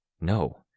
No